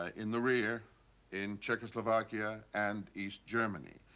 ah in the rear in czechoslovakia and east germany.